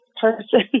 person